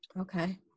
Okay